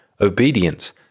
obedience